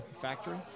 Factory